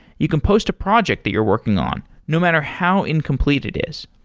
you can post a project that you're working on no matter how incomplete it is.